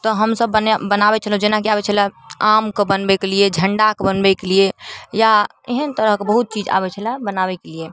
तऽ हमसभ बनाए बनाबै छलहुँ जेनाकि आबै छलै आमके बनाबैके लिए झण्डाके बनाबैके लिए या एहन तरहके बहुत चीज आबै छलै बनाबैके लिए